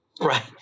Right